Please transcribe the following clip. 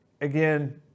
again